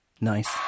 Nice